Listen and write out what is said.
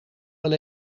wel